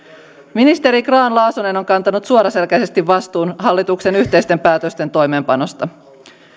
ministeri grahn laasonen on kantanut suoraselkäisesti vastuun hallituksen yhteisten päätösten toimeenpanosta